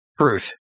Truth